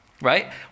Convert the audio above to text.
right